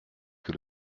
que